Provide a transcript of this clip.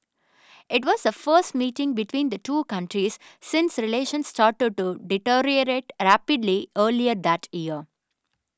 it was a first meeting between the two countries since relations started to deteriorate rapidly earlier that year